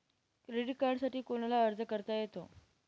Credit कार्डसाठी कोणाला अर्ज करता येतो?